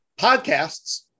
podcasts